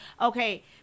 Okay